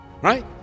Right